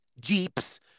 jeeps